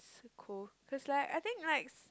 cool cause like I think like